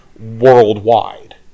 worldwide